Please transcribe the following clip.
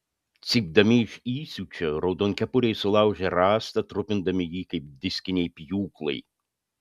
cypdami iš įsiūčio raudonkepuriai sulaužė rąstą trupindami jį kaip diskiniai pjūklai